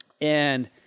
And-